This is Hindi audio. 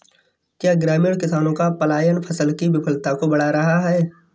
क्या ग्रामीण किसानों का पलायन फसल की विफलता को बढ़ा रहा है?